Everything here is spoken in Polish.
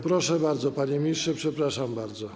Proszę bardzo, panie ministrze, przepraszam bardzo.